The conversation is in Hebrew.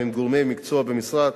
עם גורמי מקצוע במשרד,